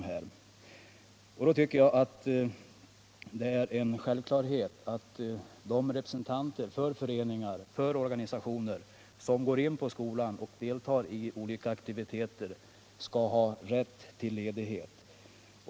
Enligt min mening är det då självklart att de representanter för föreningar och organisationer som deltar i aktiviteter på skolans område skall ha rätt till ledighet.